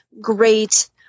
great